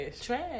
Trash